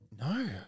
No